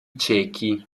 ciechi